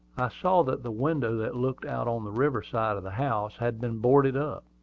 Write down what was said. i saw that the window that looked out on the river-side of the house had been boarded up.